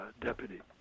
deputy